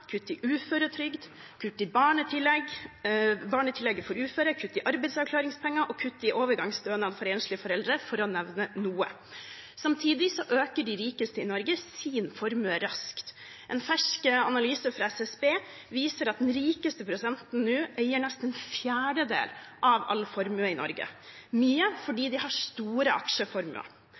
kutt i uføretrygd, kutt i barnetillegget for uføre, kutt i arbeidsavklaringspenger og kutt i overgangsstønad for enslige foreldre, for å nevne noe. Samtidig øker de rikeste i Norge sin formue raskt. En fersk analyse fra SSB viser at den rikeste prosenten nå eier nesten en fjerdedel av all formue i Norge, mye fordi de har store aksjeformuer.